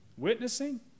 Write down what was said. witnessing